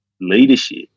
leadership